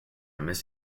miss